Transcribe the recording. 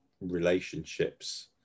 relationships